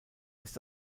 ist